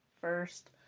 first